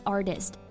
Artist